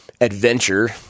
adventure